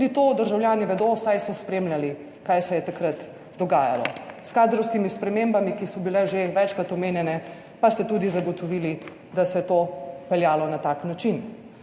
Tudi to državljani vedo, saj so spremljali kaj se je takrat dogajalo. S kadrovskimi spremembami, ki so bile že večkrat omenjene, pa ste tudi zagotovili, da se je to peljalo na tak način.